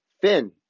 fin